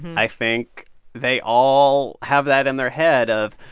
i think they all have that in their head of,